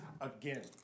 again